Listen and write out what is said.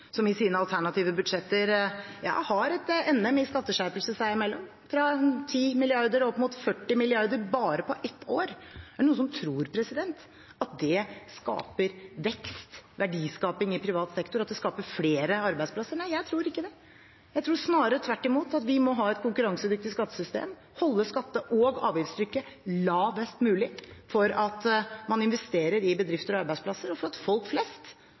som i sine alternative budsjetter har et NM i skatteskjerpelser seg imellom, fra 10 mrd. kr og opp mot 40 mrd. kr på bare ett år. Er det noen som tror at det skaper vekst og verdiskaping i privat sektor, at det skaper flere arbeidsplasser? Nei, jeg tror ikke det. Jeg tror snarere tvert imot at vi må ha et konkurransedyktig skattesystem og holde skatte- og avgiftstrykket lavest mulig for at man investerer i bedrifter og arbeidsplasser, og for at folk flest